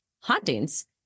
hauntings